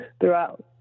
throughout